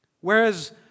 Whereas